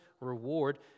reward